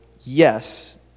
yes